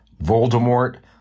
Voldemort